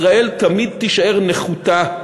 ישראל תמיד תישאר נחותה,